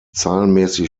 zahlenmäßig